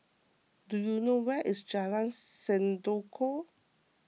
do you know where is Jalan Sendudok